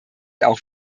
auch